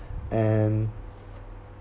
and